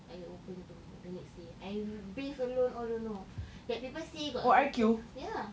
I open tom~ the next day I re~ base alone all don't know that people see got ya